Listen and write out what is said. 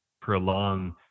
prolong